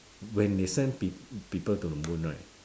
when they send peo~ people to the moon right